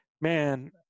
man